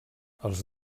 els